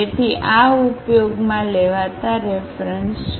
તેથી આ ઉપયોગમાં લેવાતા રેફરન્સ છે